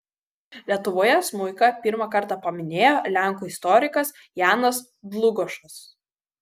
lietuvoje smuiką pirmą kartą paminėjo lenkų istorikas janas dlugošas